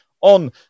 on